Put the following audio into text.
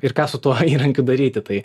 ir ką su tuo įrankiu daryti tai